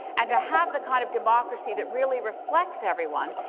and to have the kind of democracy that really reflects everyone,